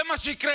זה מה שיקרה.